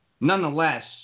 Nonetheless